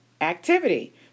activity